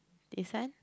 this one